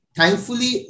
Thankfully